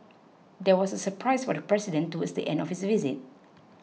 there was a surprise for the president towards the end of his visit